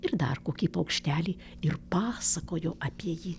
ir dar kokį paukštelį ir pasakojo apie jį